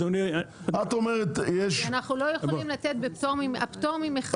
אנחנו לא יכולים לתת בפטור ממכרז.